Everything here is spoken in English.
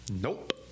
Nope